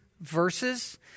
verses